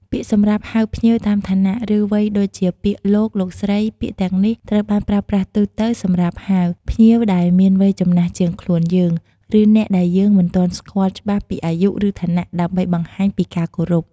ពាក្យសម្រាប់ហៅភ្ញៀវតាមឋានៈ ឬវ័យដូចជា ពាក្យ លោក លោកស្រី ពាក្យទាំងនេះត្រូវបានប្រើប្រាស់ទូទៅសម្រាប់ហៅ ភ្ញៀវដែលមានវ័យចំណាស់ជាងខ្លួនយើង ឬអ្នកដែលយើងមិនទាន់ស្គាល់ច្បាស់ពីអាយុ និងឋានៈ ដើម្បីបង្ហាញពីការគោរព។